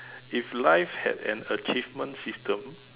if life had an achievement system